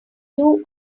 two